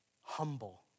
humble